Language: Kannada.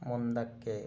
ಮುಂದಕ್ಕೆ